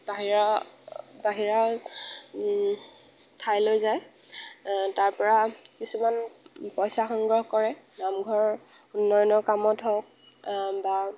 বাহিৰা বাহিৰা ঠাইলৈ যায় তাৰপৰা কিছুমান পইচা সংগ্ৰহ কৰে নামঘৰৰ উন্নয়নৰ কামত হওক বা